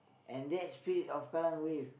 and that spirit of Kallang-Wave